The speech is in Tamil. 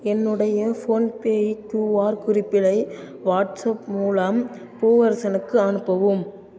என்னுடைய ஃபோன்பே கியூஆர் குறிப்பீட்டை வாட்ஸாப் மூலம் பூவரசனுக்கு அனுப்பவும்